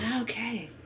okay